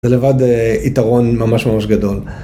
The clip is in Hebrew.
זה לבד יתרון ממש ממש גדול.